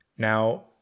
Now